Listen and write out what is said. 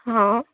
हां